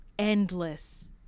endless